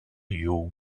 you